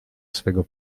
swego